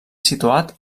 situat